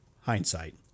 Hindsight